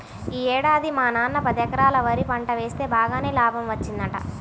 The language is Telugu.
యీ ఏడాది మా నాన్న పదెకరాల్లో వరి పంట వేస్తె బాగానే లాభం వచ్చిందంట